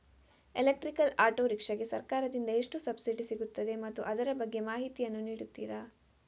Electrical auto rickshaw ಗೆ ಸರ್ಕಾರ ದಿಂದ ಎಷ್ಟು ಸಬ್ಸಿಡಿ ಸಿಗುತ್ತದೆ ಮತ್ತು ಅದರ ಬಗ್ಗೆ ಮಾಹಿತಿ ಯನ್ನು ನೀಡುತೀರಾ?